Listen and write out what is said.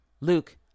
Luke